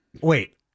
Wait